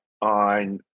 on